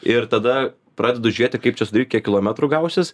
ir tada pradedu žiūrėti kaip čia sudaryt kiek kilometrų gausis